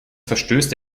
verstößt